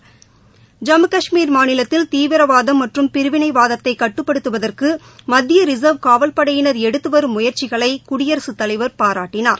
ஐம்மு கஷ்மீர் மாநிலத்தில் தீவிரவாதம் மற்றும் பிரிவினைவாதத்தைகட்டுப்படுத்துவதற்குமத்தியரிசா்வ் காவல்படையினர் எடுத்துவரும் முயற்சிகளைகுடியரசுத் தலைவர் பாராட்டினார்